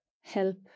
help